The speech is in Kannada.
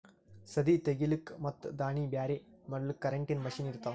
ಸದೀ ತೆಗಿಲುಕ್ ಮತ್ ದಾಣಿ ಬ್ಯಾರೆ ಮಾಡಲುಕ್ ಕರೆಂಟಿನ ಮಷೀನ್ ಇರ್ತಾವ